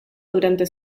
durante